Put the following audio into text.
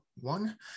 one